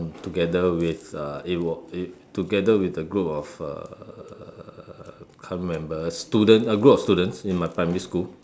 together with uh it was uh together with a group of err can't remember student a group of students in my primary school